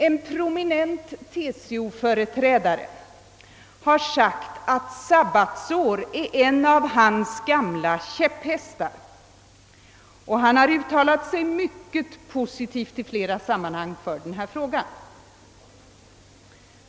En prominent TCO-företrädare har sagt att sabbatsår är en av hans gamla käpphästar. Han har uttalat sig mycket positivt om denna fråga i flera sammanhang.